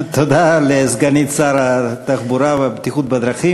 תודה לסגנית שר התחבורה והבטיחות בדרכים,